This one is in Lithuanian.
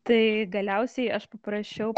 tai galiausiai aš paprašiau